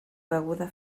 beguda